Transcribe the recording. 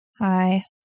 Hi